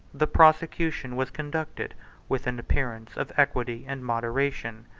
the prosecution was conducted with an appearance of equity and moderation,